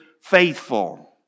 faithful